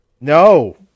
No